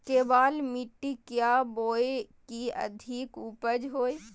केबाल मिट्टी क्या बोए की अधिक उपज हो?